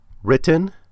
Written